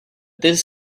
this